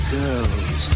girls